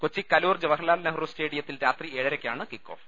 Kochi Kaloor Jawaharlal Nehru സ്റ്റേഡിയത്തിൽ രാത്രി ഏഴ്രക്കാണ് കിക്കോഫ്